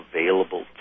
available